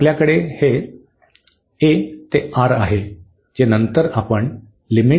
तर आपल्याकडे हे a ते R आहे जे नंतर आपण घेऊ